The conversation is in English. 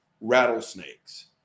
rattlesnakes